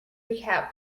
recap